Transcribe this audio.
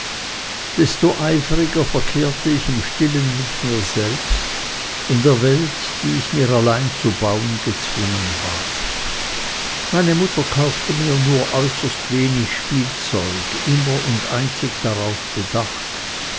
desto eifriger verkehrte ich im stillen mit mir selbst in der welt die ich mir allein zu bauen gezwungen war meine mutter kaufte mir nur äußerst wenig spielzeug immer und einzig darauf bedacht